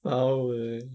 !waliao! eh